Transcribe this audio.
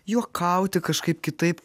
juokauti kažkaip kitaip